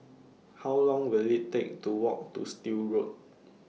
How Long Will IT Take to Walk to Still Road